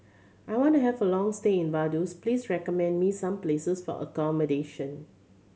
I want to have a long stay in Vaduz please recommend me some places for accommodation